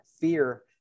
fear